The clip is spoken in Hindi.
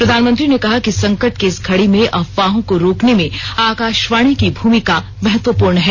प्रधानमंत्री ने कहा कि संकट की इस घड़ी में अफवाहो को रोकने में आकाशवाणी की भूमिका महत्वपूर्ण है